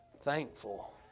thankful